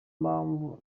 mpamvu